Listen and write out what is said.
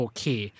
Okay